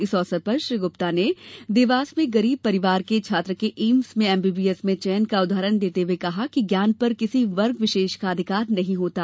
इस अवसर पर श्री गुप्ता ने देवास में गरीब परिवार के छात्र के एम्स में एमबीबीएस में चयन का उदाहरण देते हुए कहा कि ज्ञान पर किसी वर्ग विशेष का अधिकार नहीं होता